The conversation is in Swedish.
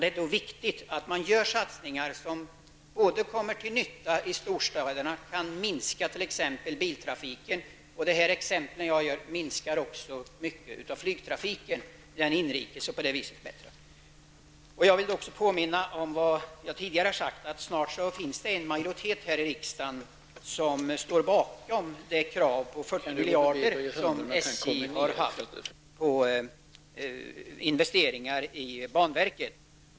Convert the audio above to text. Det är viktigt att man gör satsningar som kommer till nytta i storstäderna, t.ex. satsningar som medför att biltrafiken minskar. Det exempel som jag anförde får också till följd att flygtrafiken minskar. Jag vill påminna om vad jag tidigare har sagt, nämligen att det snart finns en majoritet här i riksdagen som ställer sig bakom SJs krav på 40 miljarder kronor i investeringar i banverket.